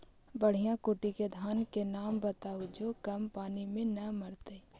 बढ़िया कोटि के धान के नाम बताहु जो कम पानी में न मरतइ?